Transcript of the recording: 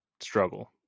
struggle